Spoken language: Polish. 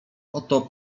oto